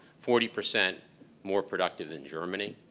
forty percent more productive than germany.